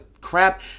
crap